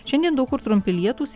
šiandien daug kur trumpi lietūs